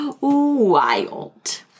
wild